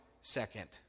second